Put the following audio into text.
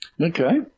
Okay